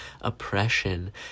oppression